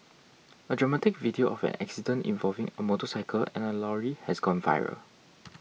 a dramatic video of an accident involving a motorcycle and a lorry has gone viral